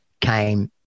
came